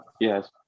Yes